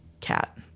cat